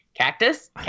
Cactus